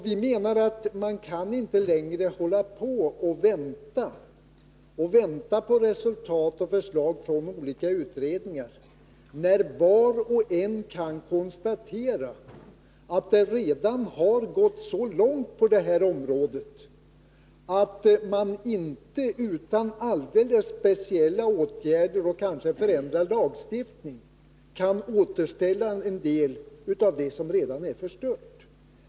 Vi menar att man inte längre kan vänta på resultat och förslag från olika äs utredningar, när var och en kan konstatera att det redan har gått så långt på det här området att man inte utan alldeles speciella åtgärder — kanske en förändrad lagstiftning— kan återställa en del av det som redan är förstört.